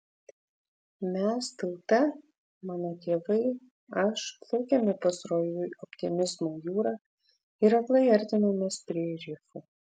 mes tauta mano tėvai aš plaukėme pasroviui optimizmo jūra ir aklai artinomės prie rifų